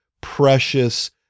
precious